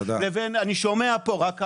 אני שומע פה רק האשמות,